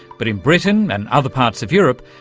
but in britain and other parts of europe,